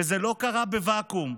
וזה לא קרה בוואקום.